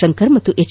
ಶಂಕರ್ ಮತ್ತು ಎಚ್